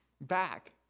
back